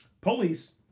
Police